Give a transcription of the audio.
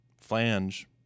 Flange